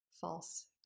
false